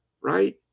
right